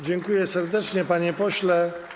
Dziękuję serdecznie, panie pośle.